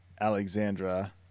Alexandra